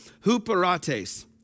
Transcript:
huperates